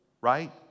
right